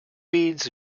beans